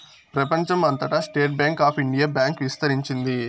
ప్రెపంచం అంతటా State Bank of India bank ఇస్తరించింది